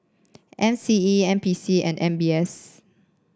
M C E N P C and M B S